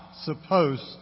supposed